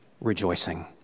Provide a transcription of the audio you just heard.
rejoicing